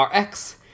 RX